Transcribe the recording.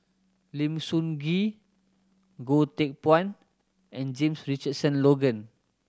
Lim Sun Gee Goh Teck Phuan and James Richardson Logan